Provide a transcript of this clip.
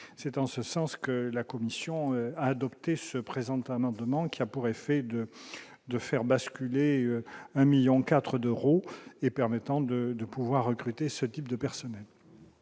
c'est en ce sens que la commission adoptées se présente un amendement qui a pour effet de de faire basculer un 1000000 4 d'euros et permettant de de pouvoir recruter ce type de personnel.